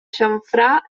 xamfrà